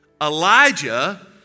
Elijah